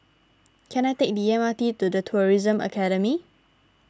can I take the M R T to the Tourism Academy